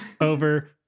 over